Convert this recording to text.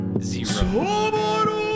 Zero